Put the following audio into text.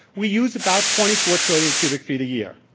we use about twenty four trillion cubic feet a year.